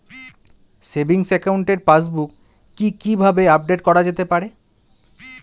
Savings একাউন্টের passbook কি কিভাবে আপডেট করা যেতে পারে?